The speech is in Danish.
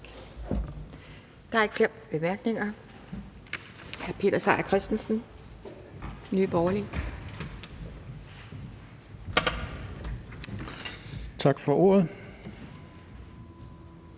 Der er ikke flere korte bemærkninger. Hr. Peter Seier Christensen, Nye Borgerlige.